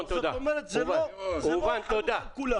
זאת אומרת, זה לא כולם.